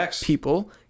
people